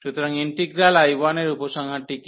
সুতরাং integral I1 এর উপসংহারটি কী